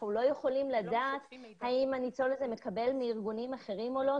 אנחנו לא יכולים לדעת האם הניצול הזה מקבל ארגונים אחרים או לא.